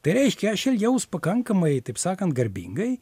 tai reiškia aš elgiaus pakankamai taip sakant garbingai